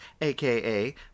aka